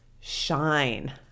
shine